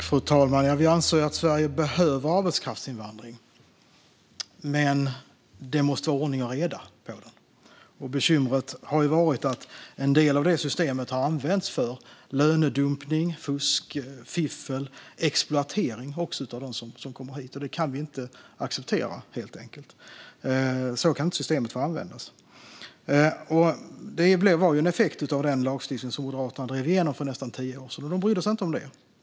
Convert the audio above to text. Fru talman! Vi anser att Sverige behöver arbetskraftsinvandring, men det måste vara ordning och reda på den. Bekymret har varit att en del av systemet har använts för lönedumpning, fusk, fiffel och exploatering av dem som kommer hit. Det kan vi inte acceptera; så kan inte systemet få användas. Att det ser ut så här var en effekt av den lagstiftning som Moderaterna drev igenom för nästan tio år sedan, men de brydde sig inte om det.